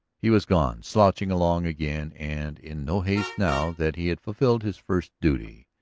he was gone, slouching along again and in no haste now that he had fulfilled his first duty.